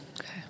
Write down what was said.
Okay